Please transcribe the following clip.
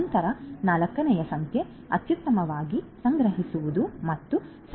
ನಂತರ 4 ನೇ ಸಂಖ್ಯೆ ಅತ್ಯುತ್ತಮವಾಗಿ ಸಂಗ್ರಹಿಸುವುದು ಮತ್ತು ಸಂಗ್ರಹಿಸುವುದು